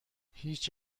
هیچ